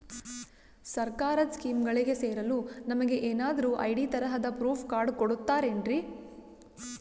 ಸರ್ಕಾರದ ಸ್ಕೀಮ್ಗಳಿಗೆ ಸೇರಲು ನಮಗೆ ಏನಾದ್ರು ಐ.ಡಿ ತರಹದ ಪ್ರೂಫ್ ಕಾರ್ಡ್ ಕೊಡುತ್ತಾರೆನ್ರಿ?